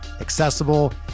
accessible